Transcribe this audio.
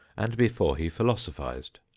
and before he philosophized.